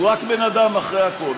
הוא רק בן-אדם אחרי הכול.